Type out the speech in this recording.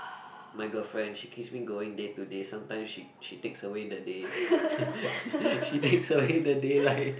my girlfriend she keeps me going day to day sometimes she she takes away the day she takes away the daylight